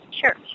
Sure